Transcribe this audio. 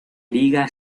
liga